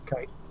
Okay